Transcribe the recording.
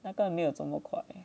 那个没有怎么快